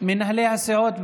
מנהלי הסיעות,